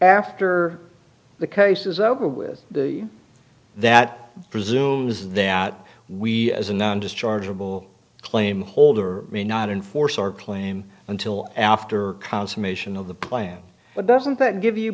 after the case is over with the that presumes that we as a non dischargeable claim holder may not enforce our claim until after consummation of the plan but doesn't that give you